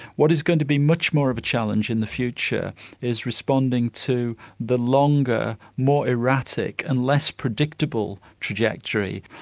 what is going to be much more of a challenge in the future is responding to the longer, more erratic and less predictable trajectory.